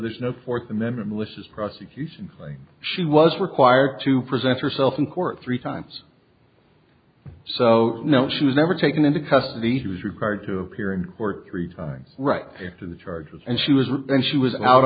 there's no fourth member malicious prosecution saying she was required to present herself in court three times so no she was never taken into custody she was required to appear in court three times right after the charges and she was then she was out